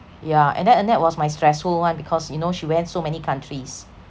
yeah and then anette was my stressful one because you know she went so many countries